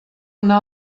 una